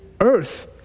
earth